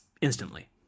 instantly